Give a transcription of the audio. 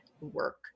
work